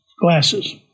glasses